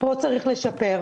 פה צריך לשפר,